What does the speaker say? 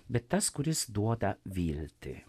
bet tas kuris duoda viltį